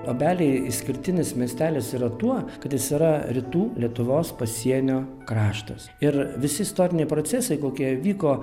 obeliai išskirtinis miestelis yra tuo kad jis yra rytų lietuvos pasienio kraštas ir visi istoriniai procesai kokie vyko